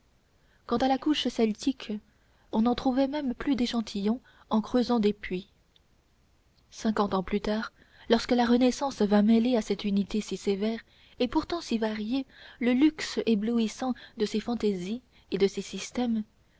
quant à la couche celtique on n'en trouvait même plus d'échantillons en creusant des puits cinquante ans plus tard lorsque la renaissance vint mêler à cette unité si sévère et pourtant si variée le luxe éblouissant de ses fantaisies et de ses systèmes